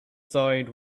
side